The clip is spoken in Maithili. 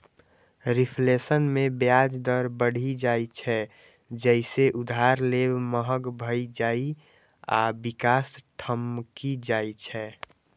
रिफ्लेशन मे ब्याज दर बढ़ि जाइ छै, जइसे उधार लेब महग भए जाइ आ विकास ठमकि जाइ छै